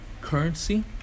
currency